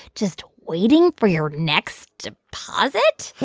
just waiting for your next deposit?